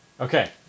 Okay